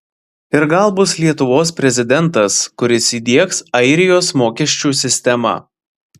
ir gal bus lietuvos prezidentas kuris įdiegs airijos mokesčių sistemą